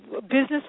business